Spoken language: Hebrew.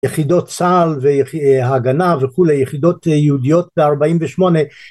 יחידות צה״ל והגנה וכולי יחידות יהודיות בארבעים ושמונה